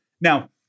Now